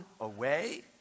away